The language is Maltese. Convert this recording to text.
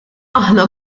aħna